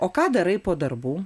o ką darai po darbų